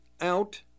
out